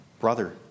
brother